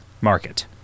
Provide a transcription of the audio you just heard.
market